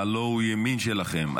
הלוא הוא ימין שלכם.